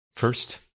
first